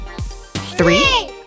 Three